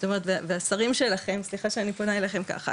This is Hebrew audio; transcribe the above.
אבל סליחה שאני פונה אליכם ככה,